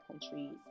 countries